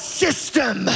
system